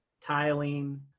tiling